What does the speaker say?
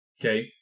Okay